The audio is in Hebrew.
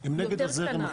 היא יותר קטנה.